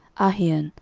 ahian,